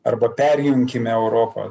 arba perjunkime europą